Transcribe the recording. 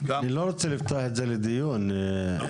גם